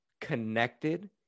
connected